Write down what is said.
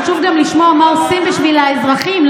חשוב גם לשמוע מה עושים בשביל האזרחים,